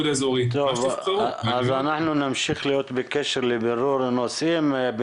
טוב, אז אנחנו נמשיך להיות בקשר לבירור הנושאים.